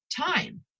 time